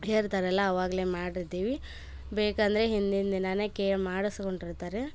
ಹೇರ್ತರಲ್ಲ ಅವಾಗಲೆ ಮಾಡಿದ್ದೀವಿ ಬೇಕಂದರೆ ಹಿಂದಿನ ದಿನಾನೆ ಕೇಳು ಮಾಡಿಸ್ಕೊಂಡಿರ್ತಾರೆ